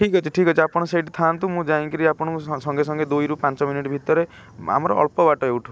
ଠିକ୍ ଅଛି ଠିକ୍ ଅଛି ଆପଣ ସେଇଠି ଥାନ୍ତୁ ମୁଁ ଯାଇ କିରି ଆପଣଙ୍କୁ ସଙ୍ଗେ ସଙ୍ଗେ ଦୁଇରୁ ପାଞ୍ଚ ମିନିଟ୍ ଭିତରେ ଆମର ଅଳ୍ପ ବାଟ ଏଇଠୁ